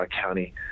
County